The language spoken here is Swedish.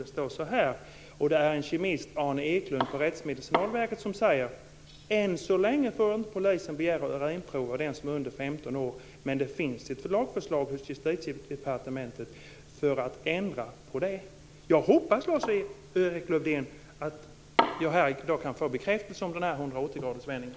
Det är en kemist, Arne Eklund, på Rättsmedicinalverket som säger så här: "Ännu så länge får inte polisen begära urinprov av dem som är under 15 år, men det finns ett lagförslag hos Justitiedepartementet för att ändra på det." Jag hoppas, Lars-Erik Lövdén, att jag i dag kan få bekräftelse på den här 180-gradersvändningen.